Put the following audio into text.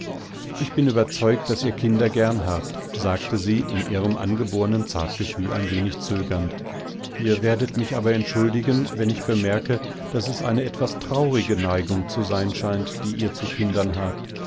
ich bin überzeugt daß ihr kinder gern habt sagte sie in ihrem angebornen zartgefühleinwenigzögernd ihrwerdetmichaberentschuldigen wennichbemerke daß es eine etwas traurige neigung zu sein scheint die ihr zu kindern habt